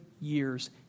years